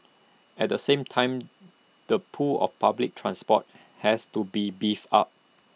at the same time the pull of public transport has to be beefed up